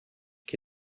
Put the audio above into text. que